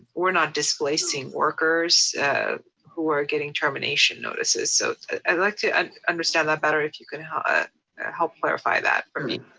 we're not displacing workers who are getting termination notices. so i'd like to understand that better, if you can help ah help clarify that for me,